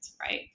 right